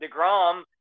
DeGrom